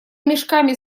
мешками